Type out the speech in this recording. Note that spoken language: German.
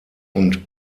und